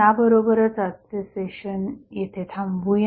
याबरोबरच आजचे सेशन येथे थांबवूया